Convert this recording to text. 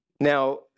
Now